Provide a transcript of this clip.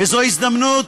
וזו הזדמנות,